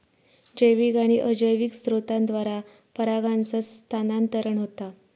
जैविक आणि अजैविक स्त्रोतांद्वारा परागांचा स्थानांतरण होता